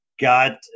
got